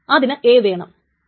അതിന് A വേണം